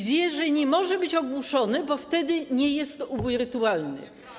Zwierzę nie może być ogłuszone, bo wtedy nie jest to ubój rytualny.